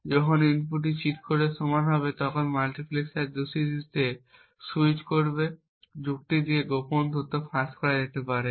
এবং যখন ইনপুটটি চিট কোডের সমান হবে তখন মাল্টিপ্লেক্সার দূষিতটিতে স্যুইচ করবে যুক্তি দিয়ে তারপর গোপন তথ্য ফাঁস হয়ে যেতে পারে